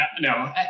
No